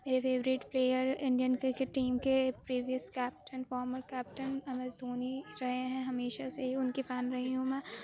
میرے favourite player Indian cricket team کے previous captain former captain M S Dhoni رہے ہیں ہمیشہ سے ہی ان کی فین رہی ہوں میں